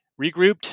regrouped